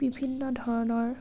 বিভিন্ন ধৰণৰ